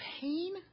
pain